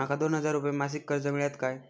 माका दोन हजार रुपये मासिक कर्ज मिळात काय?